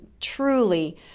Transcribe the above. truly